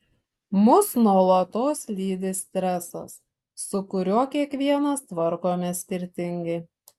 mus nuolatos lydi stresas su kuriuo kiekvienas tvarkomės skirtingai